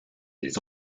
des